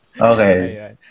Okay